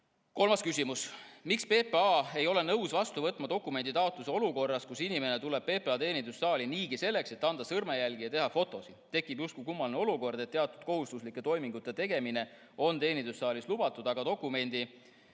Kolmas küsimus: "Miks PPA ei ole nõus võtma vastu dokumenditaotlusi olukorras, kus inimene tuleb PPA teenindussaali niigi selleks, et anda sõrmejälgi ja teha fotosid? Tekib justkui kummaline olukord, et teatud kohustuslike toimingute tegemine on teenindussaalis lubatud, aga dokumendi